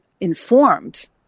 informed